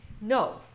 No